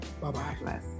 bye-bye